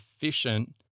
efficient